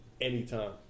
anytime